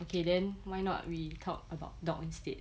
okay then why not we talk about dog instead